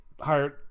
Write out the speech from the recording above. hired